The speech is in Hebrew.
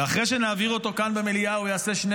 ואחרי שנעביר אותו כאן במליאה הוא יעשה שני